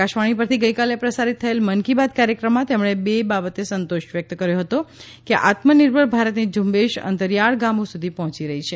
આકાશવાણી પરથી ગઈકાલે પ્રસારિત થયેલા મન કી બાત કાર્યક્રમમાં તેમણે એ બાબતે સંતોષ વ્યક્ત કર્યો હતો કે આત્મનિર્ભર ભારતની ઝુંબેશ અંતરીયાળ ગામો સુધી પહોંચી રહી છે